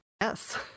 Yes